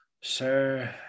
Sir